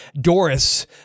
Doris